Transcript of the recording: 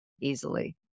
Easily